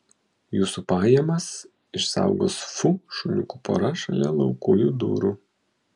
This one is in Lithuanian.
jūsų pajamas išsaugos fu šuniukų pora šalia laukujų durų